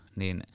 niin